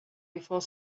before